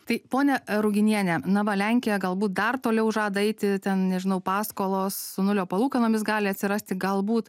tai ponia ruginiene na va lenkija galbūt dar toliau žada eiti ten nežinau paskolos su nulio palūkanomis gali atsirasti galbūt